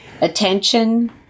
attention